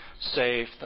safe